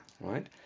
right